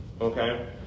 okay